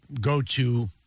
go-to